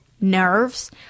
nerves